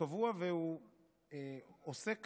עוסק